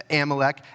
Amalek